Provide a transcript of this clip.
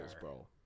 bro